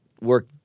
work